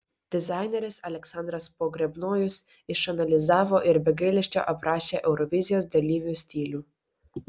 dizaineris aleksandras pogrebnojus išanalizavo ir be gailesčio aprašė eurovizijos dalyvių stilių